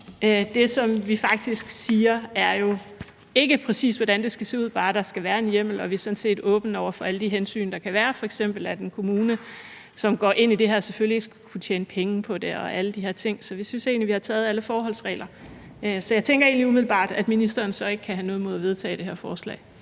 som vi faktisk siger, er ikke, hvordan det præcis skal se ud, men bare at der skal være en hjemmel, og vi er sådan set åbne over for alle de hensyn, der kan være, f.eks. at en kommune, som går ind i det her, selvfølgelig ikke skal kunne tjene penge på det og alle de her ting. Så vi synes egentlig, vi har taget alle forholdsregler. Så jeg tænker egentlig umiddelbart, at ministeren så ikke kan have noget imod at vedtage det her forslag.